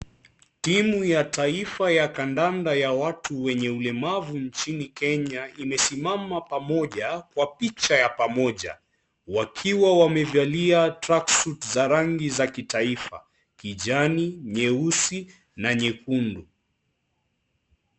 Timu ya taifa ya kandanda ya watu wenye ulemavu nchini Kenya imesimama pamoja kwa picha ya pamoja wakiwa wamevalia tracksuit za rangi za kitaifa; kijani nyeusi na nyekundu.